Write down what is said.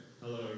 Hello